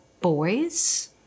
boys